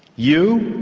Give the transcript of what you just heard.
you,